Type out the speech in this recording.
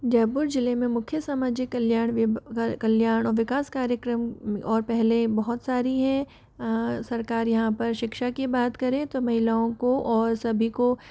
जयपुर जिले में मुख्य सामाजिक कल्याण कल्याण और विकास कार्यक्रम और पहले बहुत सारी हैं सरकार यहाँ पर शिक्षा की बात करें तो महिलाओं को और सभी को